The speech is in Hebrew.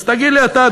אז תגיד לי אתה,